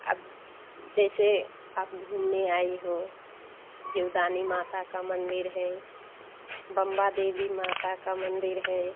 अब जैसे आप घूमने आई हो जीवदानी माता का मंदिर है बंबादेवी माता का मंदिर है